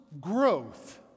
growth